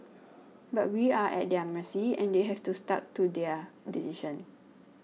but we are at their mercy and they have to stuck to their decision